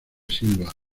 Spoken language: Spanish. silva